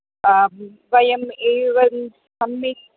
आम् वयम् एवं सम्यक्